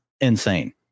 insane